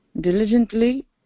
Diligently